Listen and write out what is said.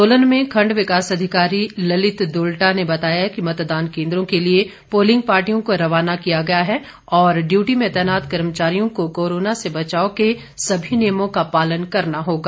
सोलन में खंड विकास अधिकारी ललित दुल्टा ने बताया कि मतदान केंद्रों के लिए पोलिंग पार्टियों को रवाना किया गया है और डियूटी में तैनात कर्मचारियों को कोरोना से बचाव के सभी नियमों का पालन करना होगा